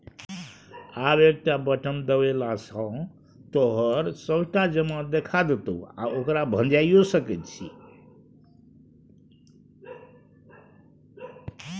आब एकटा बटम देबेले सँ तोहर सभटा जमा देखा देतौ आ ओकरा भंजाइयो सकैत छी